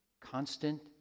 constant